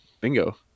bingo